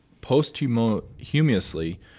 posthumously